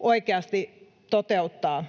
oikeasti toteuttaa.